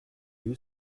new